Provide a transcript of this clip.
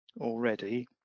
already